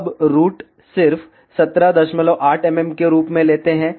अब रूट सिर्फ 178 mm के रूप में लेते हैं